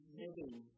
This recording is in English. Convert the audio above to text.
living